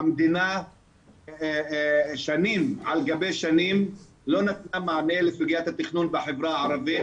המדינה שנים על גבי שנים לא נתנה מענה לסוגיית התכנון בחברה הערבית,